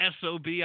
SOB